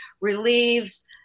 relieves